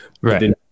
Right